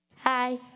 hi